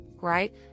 Right